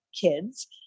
kids